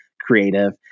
creative